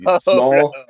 small